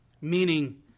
Meaning